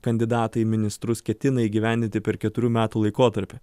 kandidatai į ministrus ketina įgyvendinti per keturių metų laikotarpį